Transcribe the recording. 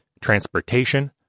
transportation